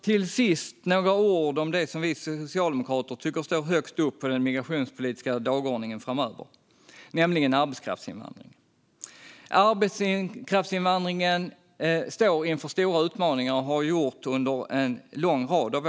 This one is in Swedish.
Till sist några ord om det vi socialdemokrater tycker står högst upp på den migrationspolitiska dagordningen framöver, nämligen arbetskraftsinvandringen. Arbetskraftsinvandringen har stora utmaningar sedan en lång rad år.